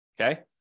Okay